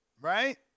right